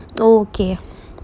oh okay